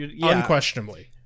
Unquestionably